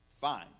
Fine